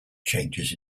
changes